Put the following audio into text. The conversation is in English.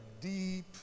deep